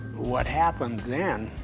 what happened then,